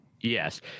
Yes